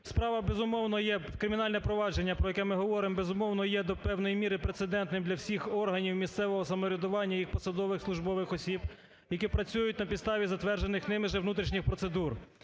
Справа, безумовно, є кримінальне провадження, про яке ми говоримо, безумовно, є до певної міри прецедентним для всіх органів місцевого самоврядування і посадових службових осіб, які працюють на підставі затверджених ними ж внутрішніх процедур,